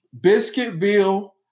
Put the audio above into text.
Biscuitville